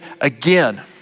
again